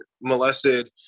molested